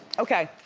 okay.